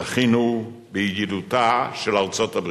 זכינו בידידותה של ארצות-הברית.